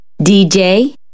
DJ